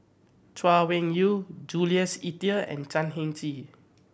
Chay Weng Yew Jules Itier and Chan Heng Chee